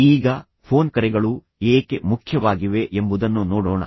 ಈಗ ಫೋನ್ ಕರೆಗಳು ಏಕೆ ಮುಖ್ಯವಾಗಿವೆ ಎಂಬುದನ್ನು ನೋಡೋಣ